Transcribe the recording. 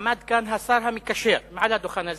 עמד כאן השר המקשר דאז מעל הדוכן הזה,